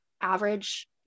average